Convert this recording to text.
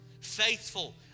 faithful